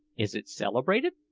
is it celebrated?